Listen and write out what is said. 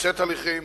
לפשט הליכים,